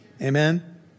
amen